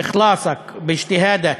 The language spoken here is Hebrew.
המחויבות שלך, המסירות שלך,